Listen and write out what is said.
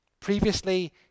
Previously